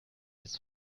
its